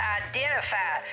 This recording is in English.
identify